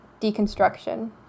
deconstruction